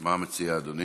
מה מציע אדוני?